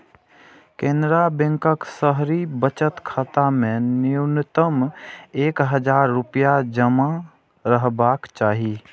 केनरा बैंकक शहरी बचत खाता मे न्यूनतम एक हजार रुपैया जमा रहबाक चाही